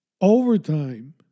Overtime